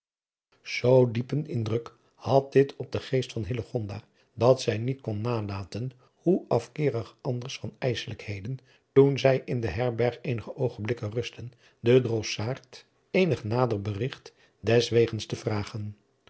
zoo diepen indruk had dit op den geest van hillegonda dat zij niet kon nalaten hoe afkeerig anders van ijsselijkheden toen zij in deherberg eenige oogenblikken rustten den drossaard eenig nader berigt deswegens te vragen